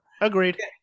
Agreed